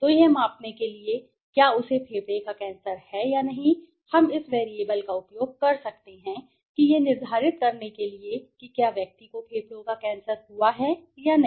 तो यह मापने के लिए कि क्या उसे फेफड़े का कैंसर है या नहीं हम इस वेरिएबल का उपयोग कर सकते हैं कि यह निर्धारित करने के लिए कि क्या व्यक्ति को फेफड़ों का कैंसर हुआ है या नहीं